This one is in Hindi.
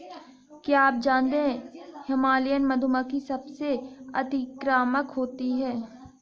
क्या आप जानते है हिमालयन मधुमक्खी सबसे अतिक्रामक होती है?